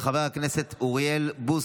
של חברי הכנסת יעקב